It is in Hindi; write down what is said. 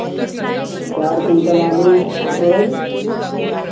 चार क्विंटल आलू और तोरई